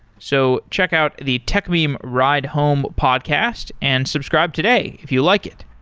so check out the techmeme ride home podcast and subscribe today if you like it.